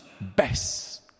best